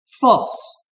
False